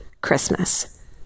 Christmas